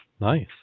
Nice